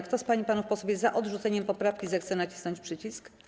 Kto z pań i panów posłów jest za odrzuceniem poprawki, zechce nacisnąć przycisk.